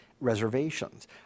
Reservations